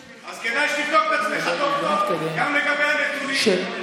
אז כדאי שתבדוק את עצמך טוב טוב גם לגבי הנתונים.